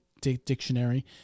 dictionary